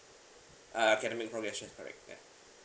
uh academic progression correct ya